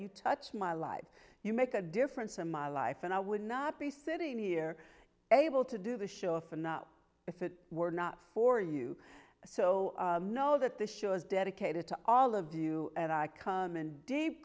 you touch my life you make a difference in my life and i would not be sitting here able to do the show if and not if it were not for you so know that the show is dedicated to all of you and i come and deep